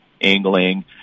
angling